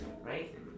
right